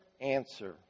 answer